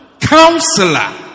Counselor